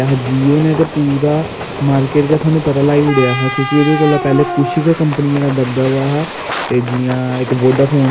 चिड़ी छिक्का जो बी ऐ जे बी ऐ सब किश चलना चाहिदा सब किश होना चाहिदा एह्दी बज़ह कन्नै गै बच्चे दी जेह्ड़ी मैंटल हैल्थ ऐ ओह् डिपैल्ब रौंह्दी ऐ